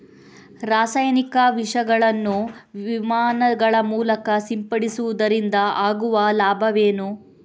ರಾಸಾಯನಿಕ ವಿಷಗಳನ್ನು ವಿಮಾನಗಳ ಮೂಲಕ ಸಿಂಪಡಿಸುವುದರಿಂದ ಆಗುವ ಲಾಭವೇನು?